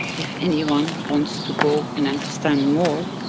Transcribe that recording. if anyone wants to go and understand more,